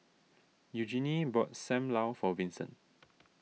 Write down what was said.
Eugenie bought Sam Lau for Vincent